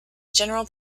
general